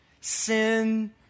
Sin